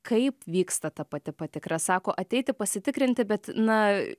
kaip vyksta ta pati patikra sako ateiti pasitikrinti bet na